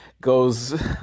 goes